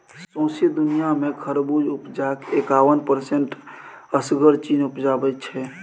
सौंसे दुनियाँ मे खरबुज उपजाक एकाबन परसेंट असगर चीन उपजाबै छै